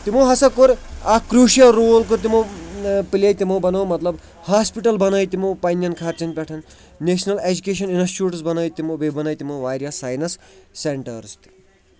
تِمو ہسا کوٚر اکھ کرٛیوٗشَل رول کوٚر تِمو پٕلے تِمو بَنوو مطلب ہاسپِٹل بنٲے تِمو پنٛنٮ۪ن خرچن پٮ۪ٹھ نٮ۪شنل ایجوٗکیشن انسچوٗٹٕس بنٲے تِمو بیٚیہِ بنٲے تِمو واریاہ سایِنس سٮ۪نٹٲرٕس تہِ